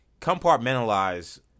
compartmentalize